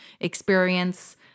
experience